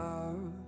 Love